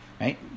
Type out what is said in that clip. right